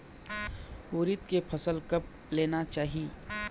उरीद के फसल कब लेना चाही?